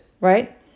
right